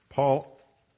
Paul